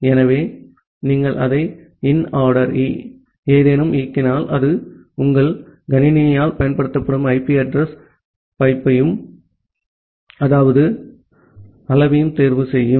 ஆகவே நீங்கள் அதை inaddr ஏதேனும் இயக்கினால் அது உங்கள் கணினியால் பயன்படுத்தப்படும் ஐபி அட்ரஸ் யையும் அதன் அளவையும் தேர்வு செய்யும்